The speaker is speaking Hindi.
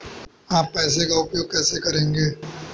आप पैसे का उपयोग कैसे करेंगे?